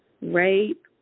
rape